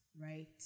right